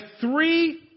three